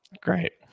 Great